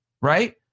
right